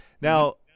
Now